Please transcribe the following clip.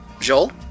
joel